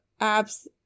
apps